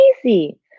crazy